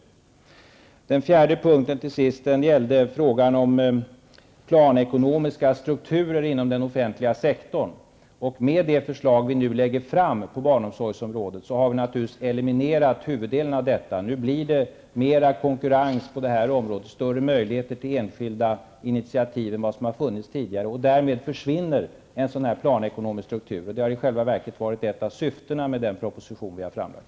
Till sist gällde den fjärde frågan planekonomiska strukturer inom den offentliga sektorn. Med det förslag vi nu lägger fram på barnomsorgsområdet har vi naturligtvis eliminierat huvuddelen av detta. Nu blir det mera konkurrens på det här området och större möjligheter till enskilda initiativ än vad som har funnits tidigare. Därmed försvinner en sådan planekonomisk struktur. Det har i själva verket varit ett av syftena med den proposition vi har framlagt.